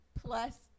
plus